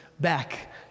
back